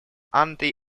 anti